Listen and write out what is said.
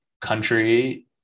country